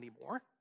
anymore